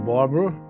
Barbara